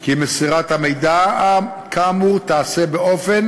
כי מסירת המידע כאמור תיעשה באופן